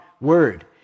word